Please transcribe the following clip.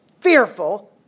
Fearful